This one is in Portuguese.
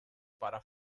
para